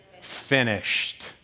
finished